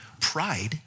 pride